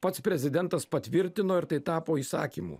pats prezidentas patvirtino ir tai tapo įsakymu